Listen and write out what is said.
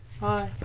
Bye